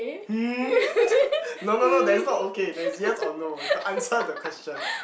hmm no no no there is not talk okay there is yes or no the answer the question